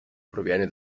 proviene